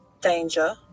danger